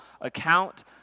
account